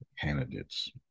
candidates